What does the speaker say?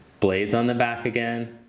blades on the back again.